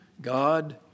God